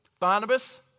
Barnabas